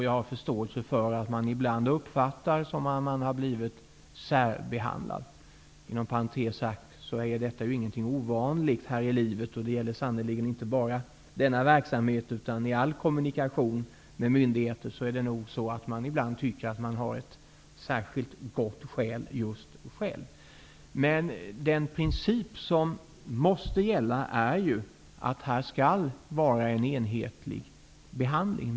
Jag har förståelse för att man ibland uppfattar det som om särbehandling har skett. Inom parentes sagt är detta ingenting ovanligt här i livet, och det gäller sannerligen inte bara denna verksamhet. I all kommunikation med myndigheter tycker man att man själv har ett särskilt gott skäl. Den princip som måste gälla är att det skall vara en enhetlig behandling.